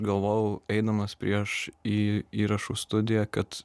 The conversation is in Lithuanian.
galvojau eidamas prieš į įrašų studiją kad